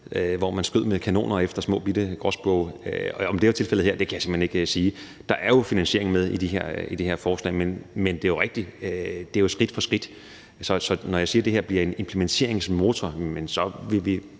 hvor man skød med kanoner efter småbitte gråspurve, og om det er tilfældet her, kan jeg simpelt hen ikke sige. Der er jo finansiering med i det her forslag, men det er rigtigt, at det er skridt for skridt, så det her bliver en implementeringsmotor, men de